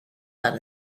dann